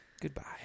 Goodbye